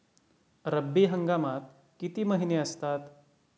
रब्बी हंगामात किती महिने असतात?